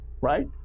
right